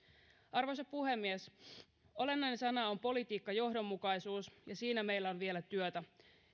arvoisa puhemies olennaisena on politiikkajohdonmukaisuus ja siinä meillä on vielä työtä